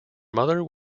mother